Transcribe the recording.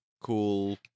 cool